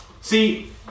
See